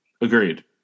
Agreed